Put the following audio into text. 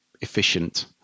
efficient